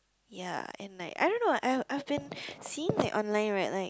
ya and like I don't know I I've been seeing like online right like